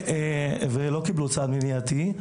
ולא קיבלו צעד מניעתי.